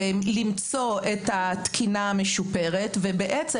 למצוא את התקינה המשופרת ובעצם,